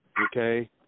Okay